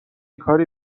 کاری